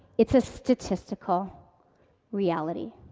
it's a statistical reality.